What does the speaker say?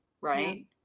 Right